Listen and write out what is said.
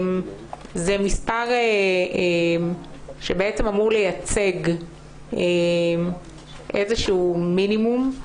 זה מספר שאמור לייצג איזשהו מינימום.